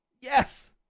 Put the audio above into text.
Yes